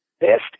best